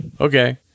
okay